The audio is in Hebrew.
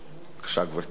בבקשה, גברתי.